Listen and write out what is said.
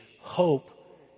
hope